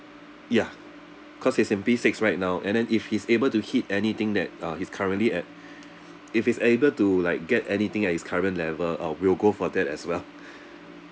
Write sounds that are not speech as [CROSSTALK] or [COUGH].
ya because he's in P six right now and then if he's able to hit anything that uh is currently at [BREATH] if he's able to like get anything at his current level uh we'll go for that as well [BREATH]